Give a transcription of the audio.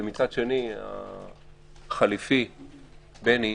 ומצד שני החליפי, בני,